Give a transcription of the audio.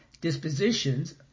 dispositions